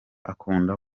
akunda